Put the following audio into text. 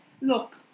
Look